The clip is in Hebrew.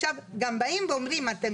עכשיו, גם באים ואומרים אתם